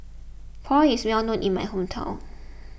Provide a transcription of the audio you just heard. Pho is well known in my hometown